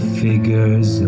figures